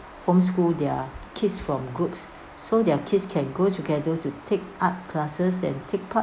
homeschool their kids from groups so their kids can go together to take art classes and take part